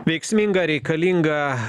veiksminga reikalinga